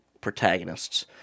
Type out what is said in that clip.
protagonists